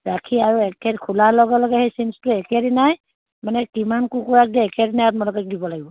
ৰাখি আৰু একে খোলাৰ লগে লগে সেই চিন্ছটো একেদিনাই মানে কিমান কুকুৰাক দিয়ে একেদিনাই আপোনালোকে দিব লাগিব